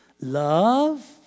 love